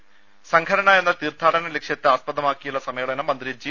സംഘടന എന്ന തീർത്ഥാടന ലക്ഷ്യത്തെ ആസ്പദമാക്കിയുള്ള സമ്മേളനം മന്ത്രി ജി